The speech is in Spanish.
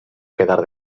quedar